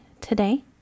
today